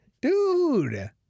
dude